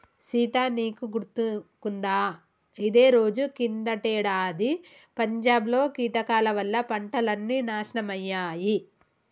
సీత నీకు గుర్తుకుందా ఇదే రోజు కిందటేడాది పంజాబ్ లో కీటకాల వల్ల పంటలన్నీ నాశనమయ్యాయి